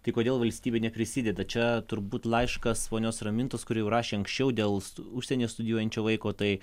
tai kodėl valstybė neprisideda čia turbūt laiškas ponios ramintos kuri rašė anksčiau dėls užsienyje studijuojančio vaiko tai